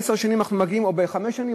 בעשר או בחמש שנים,